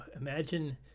imagine